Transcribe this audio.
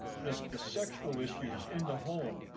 the the sexual issues in the home.